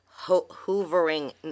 hoovering